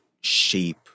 shape